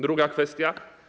Druga kwestia.